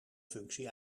functie